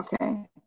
Okay